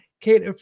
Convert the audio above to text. Kate